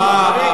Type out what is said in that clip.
אה.